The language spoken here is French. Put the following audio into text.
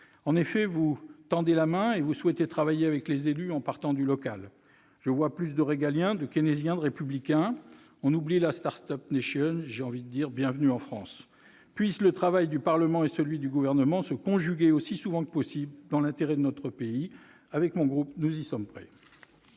En effet, vous tendez la main et vous souhaitez travailler avec les élus, en partant du local. Je vois plus de régalien, de keynésien, de républicain ; on oublie la « start-up nation ». J'ai envie de vous dire :« Bienvenue en France »! Puissent le travail du Parlement et celui du Gouvernement se conjuguer aussi souvent que possible dans l'intérêt de notre pays. Avec mon groupe, nous y sommes prêts.